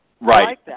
Right